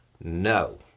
No